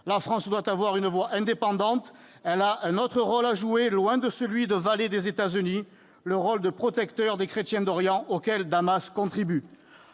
La France doit avoir une voix indépendante. Elle a un autre rôle à jouer, loin de celui de valet des États-Unis : le rôle de protecteur des chrétiens d'Orient, auquel Damas contribue.